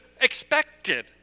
expected